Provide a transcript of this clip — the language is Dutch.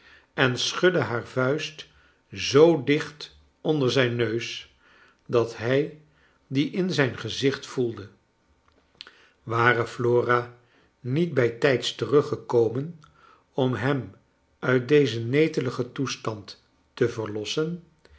en schuddc haar vuist zoo dicht onder zijn neus dat hij die in zijn gezicht voelde ware flora niet bijtijds teruggekomen om hem uit dezen neteligcn tocstand te verlossen